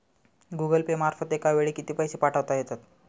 Google Pay मार्फत एका वेळी किती पैसे पाठवता येतात?